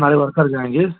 हमारे वर्कर जाएँगे